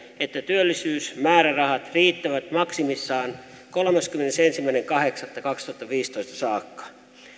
että työllisyysmäärärahat riittävät maksimissaan kolmaskymmenesensimmäinen kahdeksatta kaksituhattaviisitoista saakka